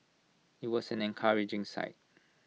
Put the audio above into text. IT was an encouraging sight